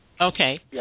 Okay